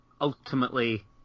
ultimately